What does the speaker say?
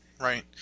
right